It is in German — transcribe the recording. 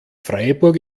freiburg